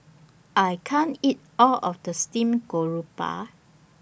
I can't eat All of This Steamed Garoupa